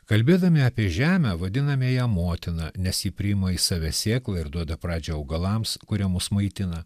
kalbėdami apie žemę vadiname ją motina nes ji priima į save sėklą ir duoda pradžią augalams kurie mus maitina